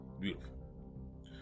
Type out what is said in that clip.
beautiful